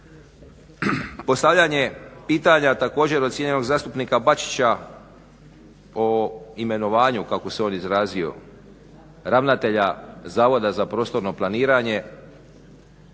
postavljanje pitanja također od cijenjenog zastupnika Bačića o imenovanju kako se on izrazio ravnatelja Zavoda za prostorno planiranje